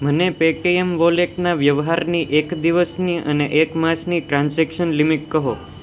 મને પેટીએમ વોલેટના વ્યવહારની એક દિવસની અને એક માસની ટ્રાન્ઝેક્શન લિમિટ કહો